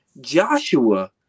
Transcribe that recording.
Joshua